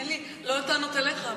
אין לי טענות אליך.